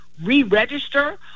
re-register